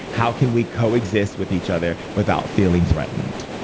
how can we coexist with each other without feeling threatened?